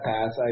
Pass